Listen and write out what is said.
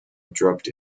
dropped